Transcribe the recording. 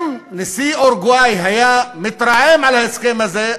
אם נשיא אורוגוואי היה מתרעם על ההסכם הזה,